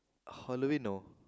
Halloween lor